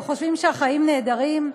וחושבים שהחיים נהדרים,